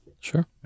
Sure